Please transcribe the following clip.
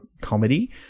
comedy